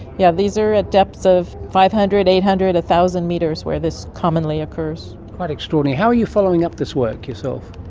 yeah these are at depths of five hundred, eight hundred, one thousand metres where this commonly occurs. quite extraordinary. how are you following up this work yourself?